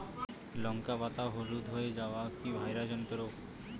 লঙ্কা পাতা হলুদ হয়ে যাওয়া কি ভাইরাস জনিত রোগ?